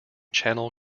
channel